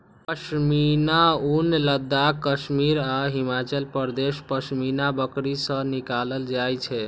पश्मीना ऊन लद्दाख, कश्मीर आ हिमाचल प्रदेशक पश्मीना बकरी सं निकालल जाइ छै